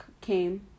came